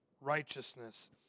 righteousness